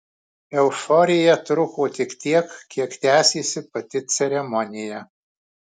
euforija truko tik tiek kiek tęsėsi pati ceremonija